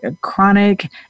chronic